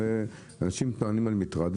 כי אנשים טוענים על מטרד,